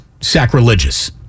sacrilegious